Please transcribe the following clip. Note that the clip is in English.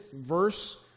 verse